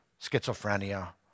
schizophrenia